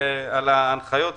ועל ההנחיות.